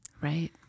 Right